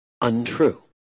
untrue